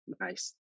nice